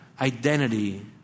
identity